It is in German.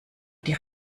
die